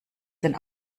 den